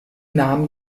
nahm